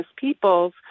peoples